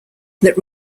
that